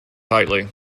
tightly